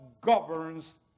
governs